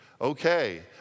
Okay